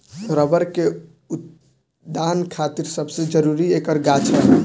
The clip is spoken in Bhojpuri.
रबर के उत्पदान खातिर सबसे जरूरी ऐकर गाछ ह